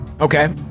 Okay